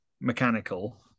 mechanical